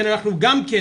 כן - אנחנו גם כן,